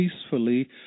peacefully